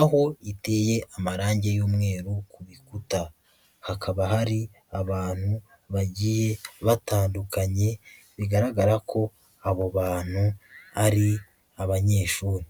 aho iteye amarangi y'umweru ku bikuta, hakaba hari abantu bagiye batandukanye bigaragara ko abo bantu ari abanyeshuri.